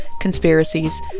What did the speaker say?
conspiracies